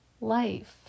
life